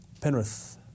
Penrith